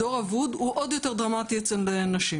הדור האבוד הוא עוד יותר דרמטי אצל נשים.